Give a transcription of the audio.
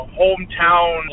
hometown